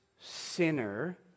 sinner